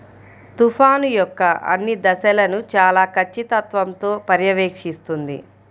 తుఫాను యొక్క అన్ని దశలను చాలా ఖచ్చితత్వంతో పర్యవేక్షిస్తుంది